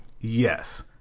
Yes